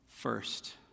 first